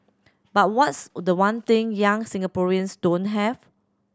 but what's the one thing young Singaporeans don't have